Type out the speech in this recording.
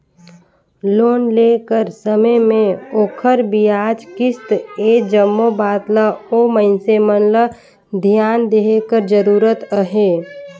loan लेय कर समे में ओखर बियाज, किस्त ए जम्मो बात ल ओ मइनसे मन ल धियान देहे कर जरूरत अहे